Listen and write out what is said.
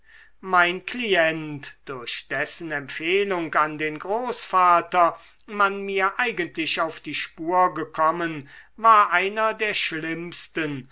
mein klient durch dessen empfehlung an den großvater man mir eigentlich auf die spur gekommen war einer der schlimmsten